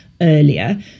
earlier